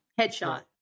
headshot